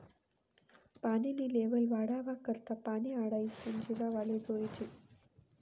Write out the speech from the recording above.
पानी नी लेव्हल वाढावा करता पानी आडायीसन जिरावाले जोयजे